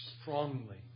strongly